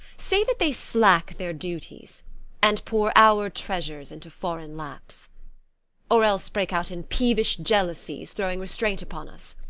say that they slack their duties and pour our treasures into foreign laps or else break out in peevish jealousies, throwing restraint upon us